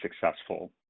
successful